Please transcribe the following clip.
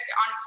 on